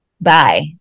Bye